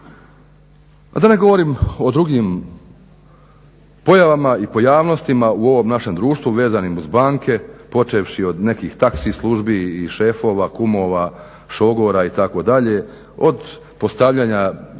A da ne govorim o drugim pojavama i pojavnostima u ovom našem društvu vezanim uz banke, počevši od nekih taxi službi i šefova, kumova, šogora itd. od postavljanja